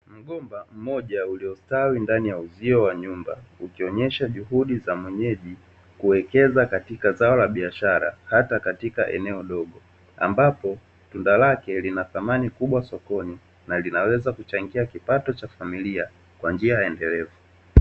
Mgomba mmoja uliostawi ndani ya uzio wa nyumba, ukionyesha juhudi za mwenyeji kuwekeza katika zao la biashara hata katika eneo dogo, ambapo tunda lake lina dhamani kubwa sokoni na linaweza kuchangia kipato cha familia kwa njia endelevu.